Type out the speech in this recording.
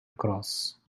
cross